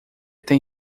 tem